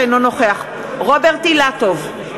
אינו נוכח רוברט אילטוב,